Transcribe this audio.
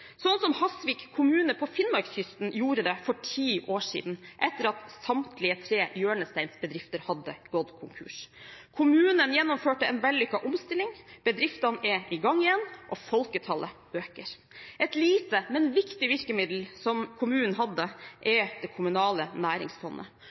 sånn som Hasvik kommune på finnmarkskysten gjorde det for ti år siden, etter at samtlige tre hjørnesteinsbedrifter hadde gått konkurs. Kommunen gjennomførte en vellykket omstilling, bedriftene er i gang igjen, og folketallet øker. Et lite, men viktig virkemiddel som kommunen hadde, er det kommunale næringsfondet,